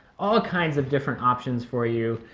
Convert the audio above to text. all kinds of different options for you.